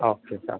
okay sir